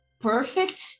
perfect